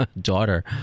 daughter